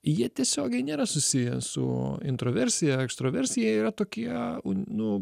jie tiesiogiai nėra susiję su introversija ekstroversija jie yra tokie nu